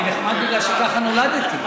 אני נחמד כי ככה נולדתי.